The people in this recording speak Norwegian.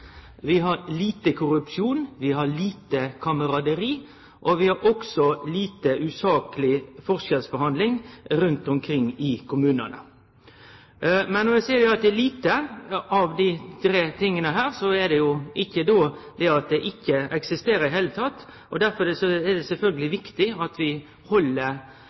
Vi har god rettstryggleik. Vi har lite korrupsjon. Vi har lite kameraderi, og vi har også lite usakleg forskjellsbehandling rundt omkring i kommunane. Men når eg seier at det er lite av desse tre tilhøva, er det ikkje slik at dei ikkje eksisterer i det heile. Derfor er det sjølvsagt viktig at vi held